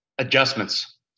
adjustments